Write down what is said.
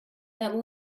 that